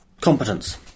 competence